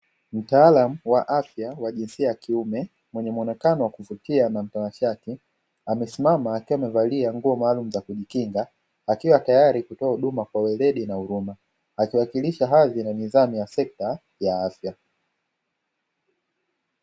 Mtaalamu wa afya mwenye jinsia ya kiume mwenye muonekano wa kuvutia na mtanashati, amesimama akiwa amevalia nguo za kujikinga akiwa tayari kutoa huduma kwa uweredi na huruma, akiwakilisha hadhi na nidhamu ya sekta ya afya.